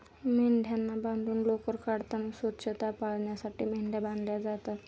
मेंढ्यांना बांधून लोकर काढताना स्वच्छता पाळण्यासाठी मेंढ्या बांधल्या जातात